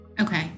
okay